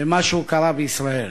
שמשהו קרה בישראל.